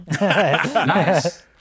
Nice